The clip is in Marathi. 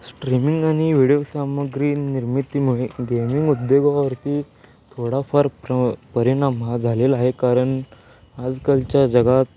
स्ट्रीमिंग आणि व्हिडिओ सामुग्री निर्मितीमुळे गेमिंग उद्योगावरती थोडाफार प्र परिणाम हा झालेला आहे कारण आजकालच्या जगात